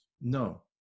No